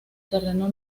terreno